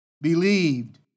believed